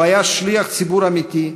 הוא היה שליח ציבור אמיתי,